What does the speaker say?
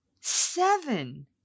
seven